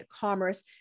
commerce